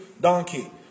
donkey